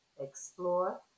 explore